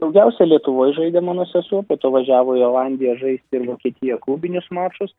daugiausia lietuvoj žaidė mano sesuo po to važiavo į olandiją žaisti į vokietiją klubinius mačus